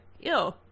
Ew